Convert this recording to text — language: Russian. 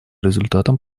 результатам